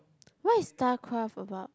what is Starcraft about